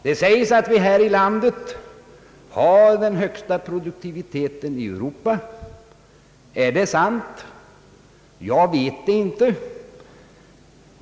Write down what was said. Det sägs att vi här i landet har den högsta produktiviteten i Europa. Är det sant? Jag vet inte.